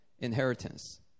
Inheritance